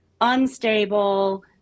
unstable